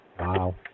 Wow